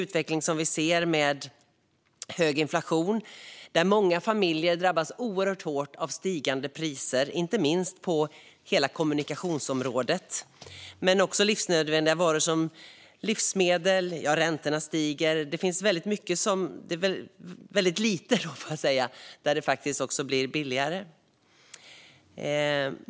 Många familjer drabbas hårt av stigande priser på kommunikationsområdet och på livsmedel och av stigande räntor. Det är väldigt lite där det faktiskt blir billigare.